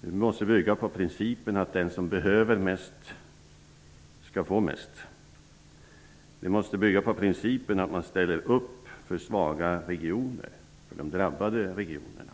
Den måste bygga på principen att den som behöver mest skall få mest. Den måste också bygga på principen att man ställer upp för de svaga och drabbade regionerna